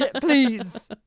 please